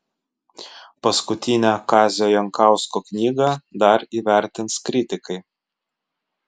paskutinę kazio jankausko knygą dar įvertins kritikai